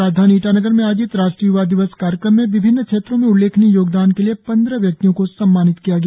राजधानी ईटानगर में आयोजित राष्ट्रीय य्वा दिवस कार्यक्रम में विभिन्न क्षेत्रों में उल्लेखनीय योगदान के लिए पंद्रह व्यक्तियों को सम्मानित किया गया